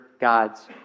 God's